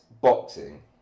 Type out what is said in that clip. boxing